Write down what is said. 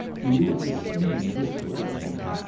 do you understand this sort of thing?